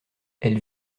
elle